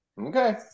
Okay